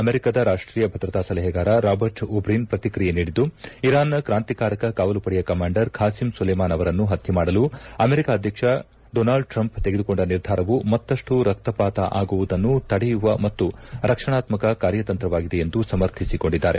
ಅಮೆರಿಕದ ರಾಷ್ಟೀಯ ಭದ್ರತಾ ಸಲಹೆಗಾರ ರಾಬರ್ಟ್ ಓಬ್ರೀನ್ ಪ್ರತಿಕ್ರಿಯೆ ನೀಡಿದ್ದು ಇರಾನ್ನ ಕಾಂತಿಕಾರಕ ಕಾವಲು ಪಡೆಯ ಕಮಾಂಡರ್ ಬಾಸೀಂ ಸುಲೇಮಾನ್ ಅವರನ್ನು ಪತ್ಯೆ ಮಾಡಲು ಅಮೆರಿಕ ಅಧ್ಯಕ್ಷ ಡೊನಾಲ್ಡ್ ಟ್ರಂಫ್ ತೆಗೆದುಕೊಂಡ ನಿರ್ಧಾರವು ಮತ್ತಷ್ಟು ರಕ್ತಪಾತ ಆಗುವುದನ್ನು ತಡೆಯುವ ಮತ್ತು ರಕ್ಷಣಾತ್ಮಕ ಕಾರ್ಯತಂತ್ರವಾಗಿದೆ ಎಂದು ಸಮರ್ಥಿಸಿಕೊಂಡಿದ್ದಾರೆ